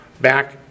back